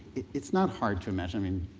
it's not hard to imagine, i mean,